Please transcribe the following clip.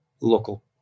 local